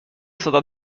صدا